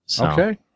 Okay